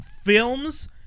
films